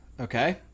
Okay